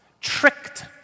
tricked